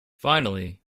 finally